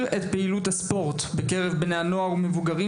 את פעילות הספורט בקרב בני הנוער ומבוגרים.